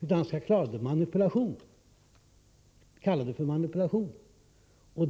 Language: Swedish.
det — han kallar det för manipulationer.